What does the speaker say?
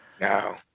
No